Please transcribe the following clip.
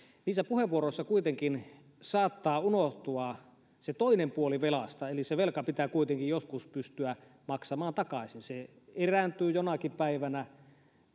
kuitenkin saattaa unohtua se toinen puoli velasta eli se velka pitää kuitenkin joskus pystyä maksamaan takaisin se erääntyy jonakin päivänä